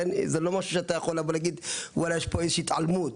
זה לא משהו שאתה יכול שיש פה איזה שהיא התעלמות,